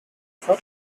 for